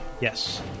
Yes